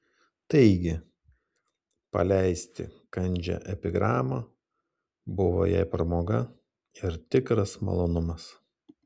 taigi paleisti kandžią epigramą buvo jai pramoga ir tikras malonumas